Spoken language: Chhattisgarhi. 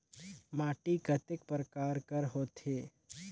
माटी कतेक परकार कर होथे?